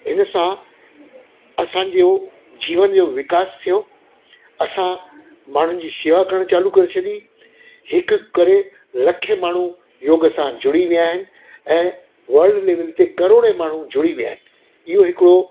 हिन सां असांजो जीवन जो विकास थियो असां माण्हुनि जी शेवा करणु चालू करे छॾी हिकु हिकु करे रखे माण्हू योग सां जुड़ी विया आहिनि ऐं वल्ड लेवल ते करोड़े माण्हू जुड़ी विया आहिनि इहो हिकिड़ो